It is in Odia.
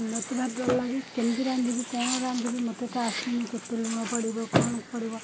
ମୋତେ ଭାରି ଡର ଲାଗେ କେମିତି ରାନ୍ଧିବି କ'ଣ ରାନ୍ଧିବି ମୋତେ ତ ଆସେନି କେତେ ଲୁଣ ପଡ଼ିବ କ'ଣ ପଡ଼ିବ